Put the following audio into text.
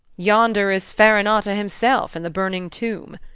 yonder is farinata himself in the burning tomb,